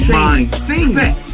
mindset